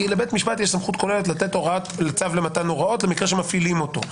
כי לבית משפט יש סמכות כוללת לתת צו למתן ההוראות במקרה שמפעילים אותו.